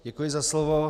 Děkuji za slovo.